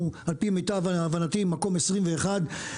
על פי מיטב הבנתי אנחנו מקום 21 בעולם